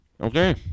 Okay